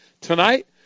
tonight